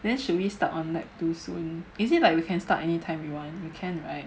then should we start on like too soon is it we can start anytime we want we can right